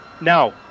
Now